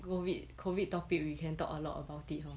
COVID COVID topic can talk a lot about it hor